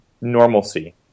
normalcy